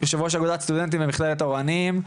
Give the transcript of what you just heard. יושב ראש אגודת סטודנטים במכללת אורנים.